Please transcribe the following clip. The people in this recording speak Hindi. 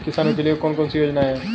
किसानों के लिए कौन कौन सी योजनाएं हैं?